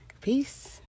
Peace